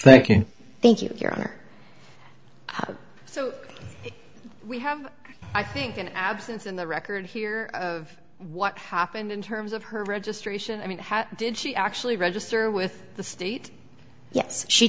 thank you thank you your honor so we have i think an absence in the record here what happened in terms of her registration i mean how did she actually register with the state yes she